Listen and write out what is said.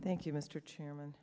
thank you mr chairman